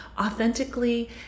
authentically